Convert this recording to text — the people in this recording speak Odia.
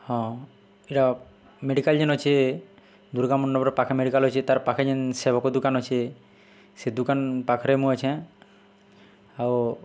ହଁ ଇଟା ମେଡ଼ିକାଲ୍ ଯେନ୍ ଅଛେ ଦୁର୍ଗା ମଣ୍ଡପର ପାଖେ ମେଡ଼ିକାଲ୍ ଅଛେ ତାର୍ ପାଖେ ଯେନ୍ ସେବକ ଦୁକାନ୍ ଅଛେ ସେ ଦୁକାନ୍ ପାଖ୍ରେ ମୁଁ ଅଛେଁ ଆଉ